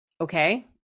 okay